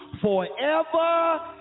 forever